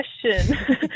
question